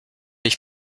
ich